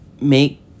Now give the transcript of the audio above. make